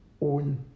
own